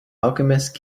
alchemist